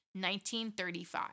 1935